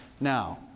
Now